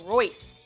Royce